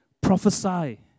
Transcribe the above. prophesy